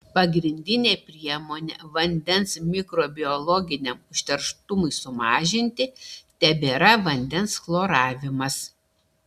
pagrindinė priemonė vandens mikrobiologiniam užterštumui sumažinti tebėra vandens chloravimas